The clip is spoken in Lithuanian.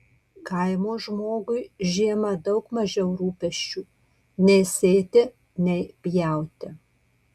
kaimo žmogui žiemą daug mažiau rūpesčių nei sėti nei pjauti